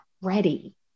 ready